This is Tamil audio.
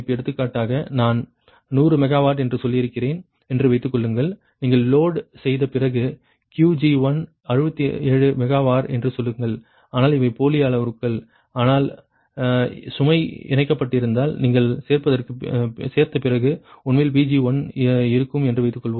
எடுத்துக்காட்டாக நான் 100 மெகாவாட் என்று சொல்கிறேன் என்று வைத்துக் கொள்ளுங்கள் நீங்கள் லோட் செய்த பிறகு Qg1 67 மெகா வார் என்று சொல்லுங்கள் ஆனால் இவை போலி அளவுருக்கள் ஆனால் சுமை இணைக்கப்பட்டிருந்தால் நீங்கள் சேர்த்த பிறகு உண்மையில் Pg1 இருக்கும் என்று வைத்துக்கொள்வோம்